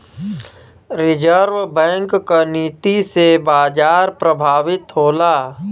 reserve Bank क नीति से बाजार प्रभावित होला